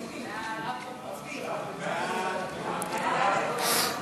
חוק נכי רדיפות הנאצים